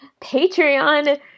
Patreon